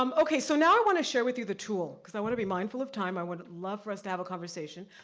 um so now, i wanna share with you the tool, cause i wanna be mindful of time. i would love for us to have a conversation.